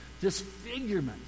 disfigurement